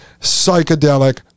psychedelic